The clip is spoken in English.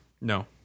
No